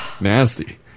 Nasty